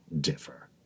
differ